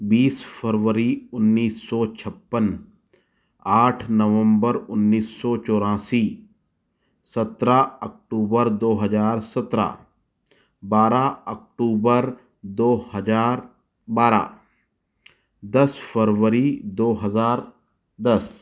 बीस फरवरी उन्नीस सौ छप्पन आठ नवम्बर उन्नीस सौ चौरासी सत्रह अक्टूबर दो हजार सत्रह बारह अक्टूबर दो हजार बारह दस फरवरी दो हजार दस